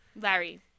Larry